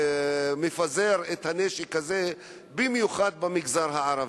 שמפזר את הנשק הזה במיוחד במגזר הערבי.